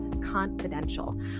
confidential